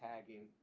tagging,